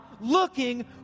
looking